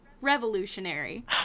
revolutionary